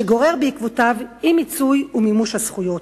שגורר בעקבותיו אי-מיצוי ואי-מימוש של הזכויות.